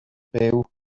byw